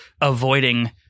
avoiding